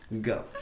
go